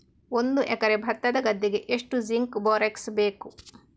ಒಂದು ಎಕರೆ ಭತ್ತದ ಗದ್ದೆಗೆ ಎಷ್ಟು ಜಿಂಕ್ ಬೋರೆಕ್ಸ್ ಬೇಕು?